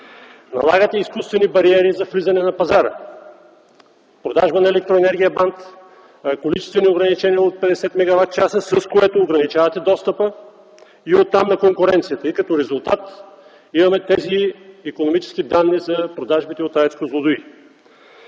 Налагате изкуствени бариери за влизане на пазара, продажба на електроенергия band, количествени ограничения от 50 мегаватчаса, с което ограничавате достъпа, и оттам – на конкуренцията. Като резултат имаме тези икономически данни за продажбите от АЕЦ „Козлодуй”.